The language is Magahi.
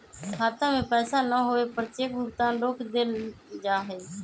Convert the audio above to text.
खाता में पैसा न होवे पर चेक भुगतान रोक देयल जा हई